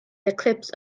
eclipse